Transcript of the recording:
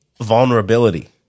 vulnerability